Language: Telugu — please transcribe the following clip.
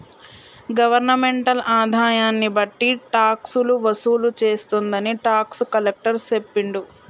గవర్నమెంటల్ ఆదాయన్ని బట్టి టాక్సులు వసూలు చేస్తుందని టాక్స్ కలెక్టర్ సెప్పిండు